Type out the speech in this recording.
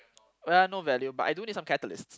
oh ya no value but I do need some catalyst